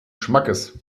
schmackes